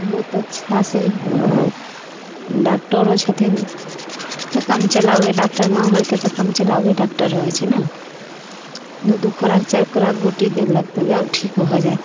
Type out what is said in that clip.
बहुत अच्छा से डॉक्टरो छथिन तऽ काम चलाउए डॉक्टर गाँव घरके तऽ काम चलाउए डॉक्टर रहैत छै ने जे दू खुराक चारि खुराक गोटी देलक तऽ जाउ ठीक भऽ जायत